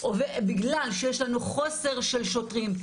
בגלל שיש לנו חוסר של שוטרים.